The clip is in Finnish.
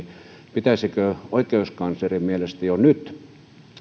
pitäisikö oikeuskanslerin mielestä jo nyt